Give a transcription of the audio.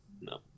no